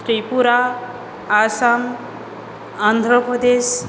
Tripura Assam Andhra Pradesh